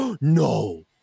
no